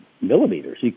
millimeters